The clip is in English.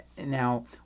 Now